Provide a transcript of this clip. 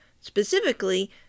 specifically